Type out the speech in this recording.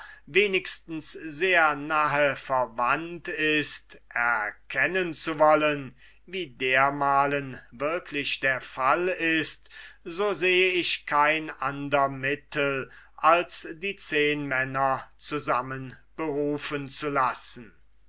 wenigstens sehr nahe verwandt ist erkennen zu wollen wie dermalen wirklich der fall ist so sehe ich kein ander mittel als die zehnmänner zusammenberufen zu lassen